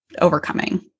overcoming